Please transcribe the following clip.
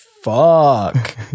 fuck